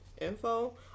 info